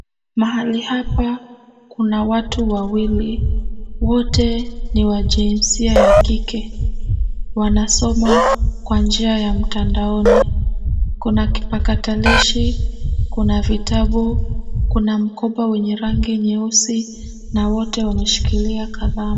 Mahali hapa kuna watu wawili wote ni wa jinsia ya kike wanasoma kwa njia ya mtandaoni. Kuna kipakatalishi, kuna vitabu, kuna mkoba wenye rangi nyeusi na wote wamshikilia kalamu.